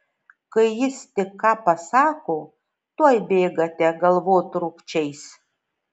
kai jis tik ką pasako tuoj bėgate galvotrūkčiais